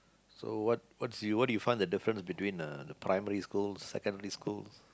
so what what do you what do you find the difference between uh the primary schools secondary schools